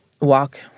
walk